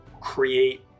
create